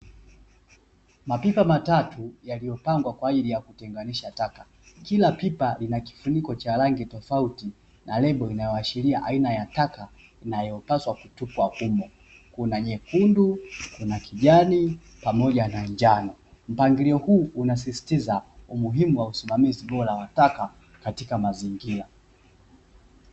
Mapipa matatu yaliyopangwa kwa ajili ya kutenganisha taka, kila pipa lina kifuniko cha rangi tofauti na lebo inayoashiria aina ya taka inayopaswa kutupwa humo; kuna nyekundu, kuna kijani, pamoja na njano. Mpangilio huu unasisitiza umuhimu wa usimamizi bora wa taka katika mazingira.